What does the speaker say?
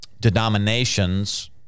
denominations